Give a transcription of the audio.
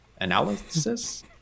Analysis